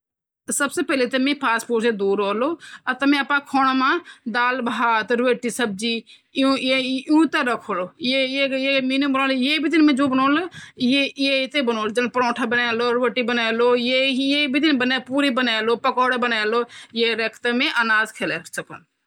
ऊँटो अंदर जो खसियात ची वो या ची की वो जु रेगिस्तान मा छलोंडो के ची वो सबसे पहले पाणी छेनू और खाना तह खाना भी खूब चेंडू वो खाना भी अंडर स्टोर करण वो बार बार खेन्दु रेलु और पाणी भी क्या करण की वो एक महीने तक वो पूरा पे लेंदु और अपना सरीर मा युस करते रेंदु